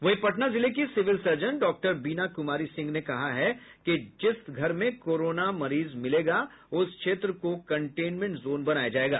वहीं पटना जिले की civil surgeon doctor Bina Kumar Singh ने कहा है कि जिस घर में कोरोना मरीज मिलेगा उस क्षेत्र को कंटेनमेंट जोन बनाया जायेगा